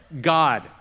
God